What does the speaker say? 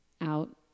out